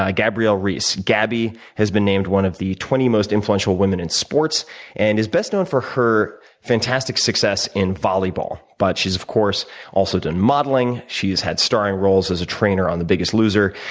ah gabrielle reece. gabby has been named one of the twenty most influential women in sports and is best known for her fantastic success in volleyball but she's of course also done model, she's had starring roles as a trainer on the biggest loser,